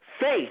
Faith